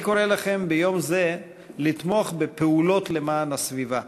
אני קורא לכם ביום זה לתמוך בפעולות למען הסביבה